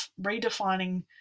redefining